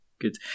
good